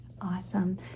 Awesome